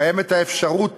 קיימת האפשרות